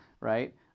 right